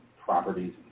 properties